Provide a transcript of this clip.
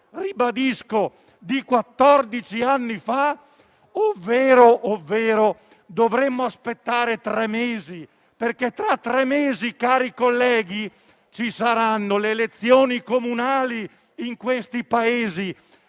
di quattordici anni fa. Ovvero dovremmo aspettare tre mesi, perché fra tre mesi, cari colleghi, ci saranno le elezioni comunali in questi paesi